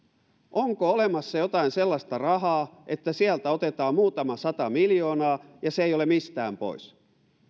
onko olemassa jotain sellaista rahaa että kun sieltä otetaan muutama sata miljoonaa se ei ole mistään pois